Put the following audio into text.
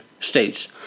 states